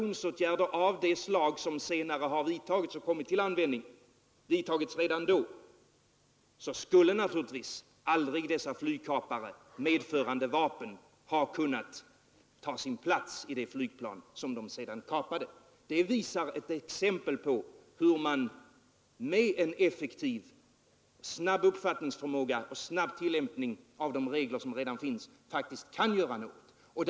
Hade de åtgärder av det slag som senare har vidtagits och också kommit till användning vidtagits redan då skulle naturligtvis aldrig dessa flygkapare medförande vapen ha kunnat ta plats i det flygplan som de sedan kapade. Det är ett exempel på hur man med effektivitet, snabb uppfattningsförmåga och snabb tillämpning av de regler som redan finns faktiskt kan göra något.